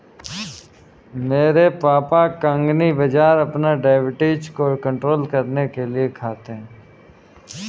मेरे पापा कंगनी बाजरा अपनी डायबिटीज को कंट्रोल करने के लिए खाते हैं